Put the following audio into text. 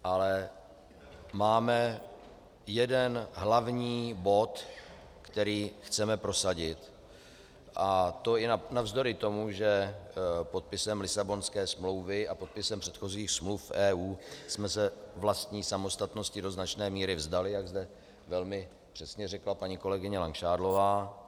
Ale máme jeden hlavní bod, který chceme prosadit, a to i navzdory tomu, že podpisem Lisabonské smlouvy a podpisem předchozích smluv EU jsme se vlastní samostatnosti do značné míry vzdali, jak zde velmi přesně řekla paní kolegyně Langšádlová.